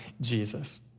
Jesus